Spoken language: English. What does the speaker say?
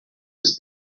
was